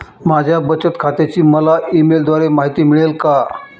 माझ्या बचत खात्याची मला ई मेलद्वारे माहिती मिळेल का?